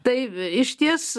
tai išties